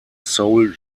soul